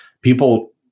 People